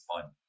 fun